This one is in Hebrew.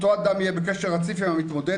אותו אדם יהיה בקשר רציף עם המתמודד